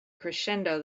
crescendo